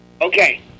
Okay